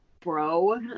bro